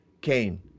Cain